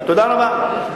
תודה רבה.